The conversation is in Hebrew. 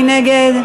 מי נגד?